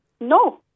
No